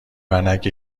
ونک